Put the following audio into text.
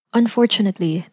unfortunately